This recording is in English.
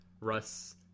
Russ